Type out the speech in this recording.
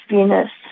Venus